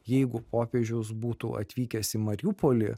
jeigu popiežius būtų atvykęs į mariupolį